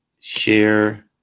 share